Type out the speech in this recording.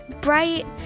bright